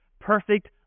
Perfect